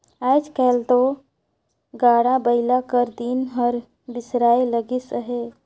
आएज काएल दो गाड़ा बइला कर दिन हर बिसराए लगिस अहे